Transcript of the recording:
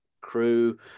crew